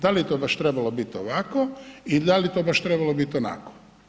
Da li je to baš trebalo biti ovako i da li je to baš trebalo biti onako.